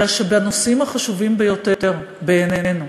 אלא שבנושאים החשובים ביותר בעינינו,